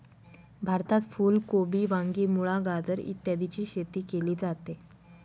भारतात फुल कोबी, वांगी, मुळा, गाजर इत्यादीची शेती केली जाते